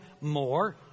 more